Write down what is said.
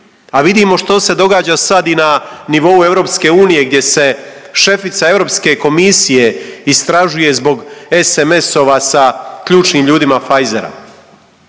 A vidimo što se događa sad i na nivou EU gdje se šefica Europske komisije istražuje zbog SMS-ova sa ključnim ljudima Pfizera.